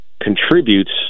contributes